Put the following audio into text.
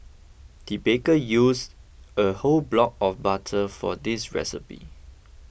the baker used a whole block of butter for this recipe